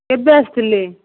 କେବେ ଆସିଥିଲେ